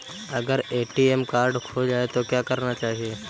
अगर ATM card खो जाए तो क्या करना चाहिए?